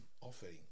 offering